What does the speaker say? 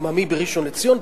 העממי בראשון-לציון,